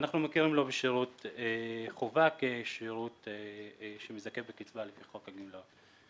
אנחנו מכירים לו בשירות חובה כשירות שמזכה בקצבה לפי חוק הגמלאות.